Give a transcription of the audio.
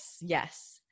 Yes